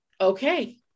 okay